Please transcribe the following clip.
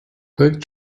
pek